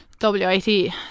WIT